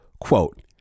Quote